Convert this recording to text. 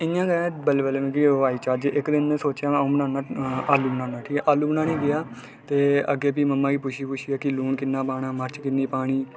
इयां गै बल्लें बल्लें आई मिगी चज्ज इक दिन सोचेआ अ'ऊ बनाना आलू बनाना आलू बनाने गी गेआ ते अग्गें फ्ही में मम्मा गी पुच्छी पुच्छी कि लून किन्ना पाना मर्च किन्नी पानी